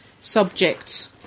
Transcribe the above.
subject